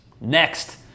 Next